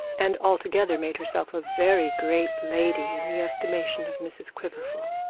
and altogether made herself a very great lady in the estimation of mrs quiverful.